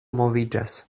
moviĝas